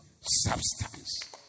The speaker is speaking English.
substance